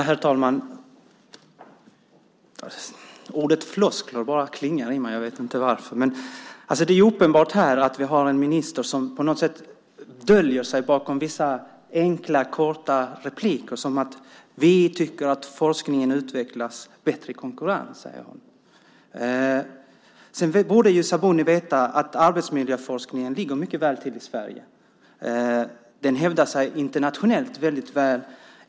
Herr talman! Ordet "floskler" bara klingar i mig - jag vet inte varför. Det är uppenbart att vi har en minister som döljer sig bakom vissa enkla, korta repliker som "vi tycker att forskningen utvecklas bättre i konkurrens". Sabuni borde veta att arbetsmiljöforskningen ligger mycket bra till i Sverige. Den hävdar sig internationellt väldigt väl.